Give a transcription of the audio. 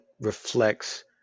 reflects